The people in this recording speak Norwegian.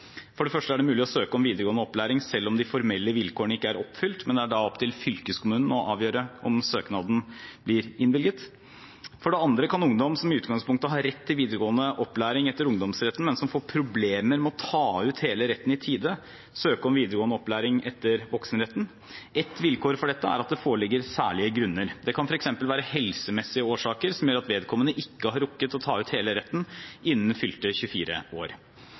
For det første er det mulig å søke om videregående opplæring selv om de formelle vilkårene ikke er oppfylt, men det er da opp til fylkeskommunen å avgjøre om søknaden blir innvilget. For det andre kan ungdom som i utgangspunktet har rett til videregående opplæring etter ungdomsretten, men som får problemer med å ta ut hele retten i tide, søke om videregående opplæring etter voksenretten. Et vilkår for dette er at det foreligger særlige grunner. Det kan f.eks. være helsemessige årsaker som gjør at vedkommende ikke har rukket å ta ut hele retten innen fylte 24 år.